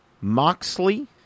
Moxley